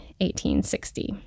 1860